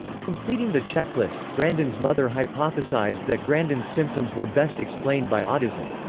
completing the checklist, grandin's mother hypothesised that grandin's symptoms were best explained by autism.